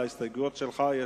גם